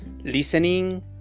listening